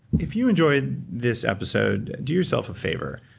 if you enjoyed this episode, do yourself a favor.